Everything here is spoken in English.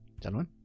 gentlemen